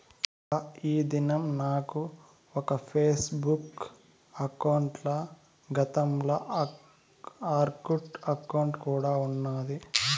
ఆ, ఈ దినం నాకు ఒక ఫేస్బుక్ బుక్ అకౌంటల, గతంల ఆర్కుట్ అకౌంటు కూడా ఉన్నాది